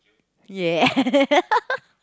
ya